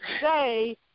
say